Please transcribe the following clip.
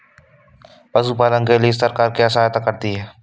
पशु पालन के लिए सरकार क्या सहायता करती है?